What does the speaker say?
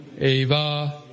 eva